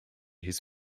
his